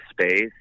space